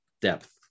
depth